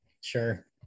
sure